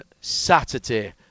Saturday